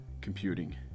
computing